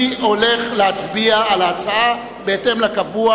אני הולך להצביע על ההצעה בהתאם לקבוע